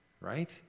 right